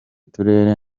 turere